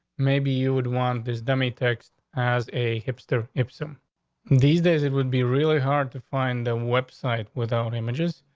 maybe you would want this dummy tax as a hipster if some these days it would be really hard to find a website without images.